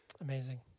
Amazing